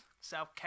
South